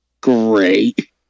great